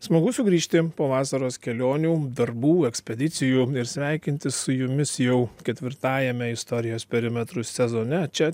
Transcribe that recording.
smagu sugrįžti po vasaros kelionių darbų ekspedicijų ir sveikintis su jumis jau ketvirtajame istorijos perimetru sezone čia